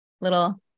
little